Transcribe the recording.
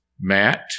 Matt